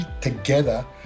together